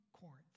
Corinth